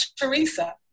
Teresa